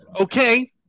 Okay